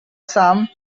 some